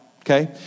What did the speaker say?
Okay